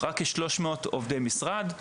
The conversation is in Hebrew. רק כ-300 עובדי משרד.